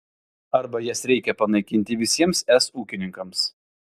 arba jas reikia panaikinti visiems es ūkininkams